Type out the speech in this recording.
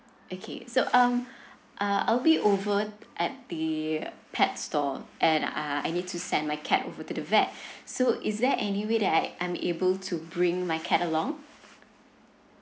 okay so um uh I'll be over at the pet store and uh I need to send my cat over to the vet so is there any way that I am able to bring my cat along